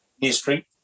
history